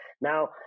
Now